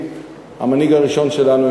עם המנהיג הראשון שלנו,